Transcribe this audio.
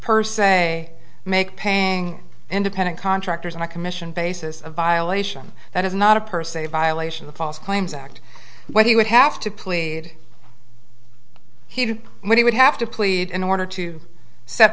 per se make paying independent contractors in a commission basis of violation that is not a per se violation the false claims act what he would have to plead he did when he would have to plead in order to set